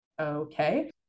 okay